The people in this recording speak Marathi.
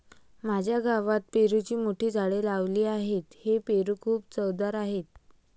माझ्या गावात पेरूची मोठी झाडे लावली आहेत, हे पेरू खूप चवदार आहेत